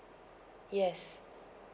yes